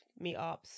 meetups